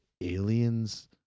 aliens